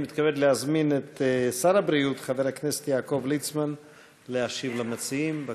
אני מתכבד להזמין את שר הבריאות חבר הכנסת יעקב ליצמן להשיב למציעים.